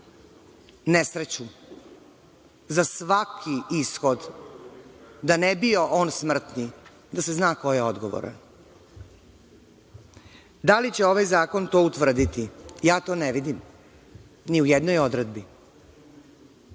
nesreću, za svaki ishod, da ne bio on smrtni, da se zna ko je odgovoran. Da li će ovaj zakon to utvrditi? Ja to ne vidim ni u jednoj odredbi.